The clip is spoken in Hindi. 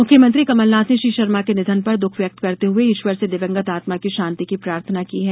मुख्यमंत्री कमलनाथ ने श्री शर्मा के निधन पर दःख व्यक्त करते हुए ईश्वर से दिवंगत आत्मा की शांति की प्रार्थना की है